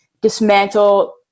dismantle